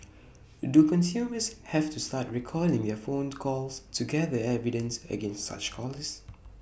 do consumers have to start recording their phone calls to gather evidence against such callers